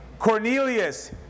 Cornelius